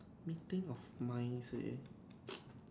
meeting of mine say